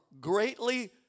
greatly